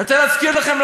אני רוצה להזכיר לכם,